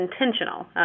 intentional